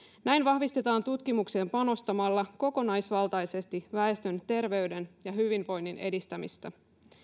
näin vahvistetaan tutkimukseen panostamalla kokonaisvaltaisesti väestön terveyden ja hyvinvoinnin edistämistä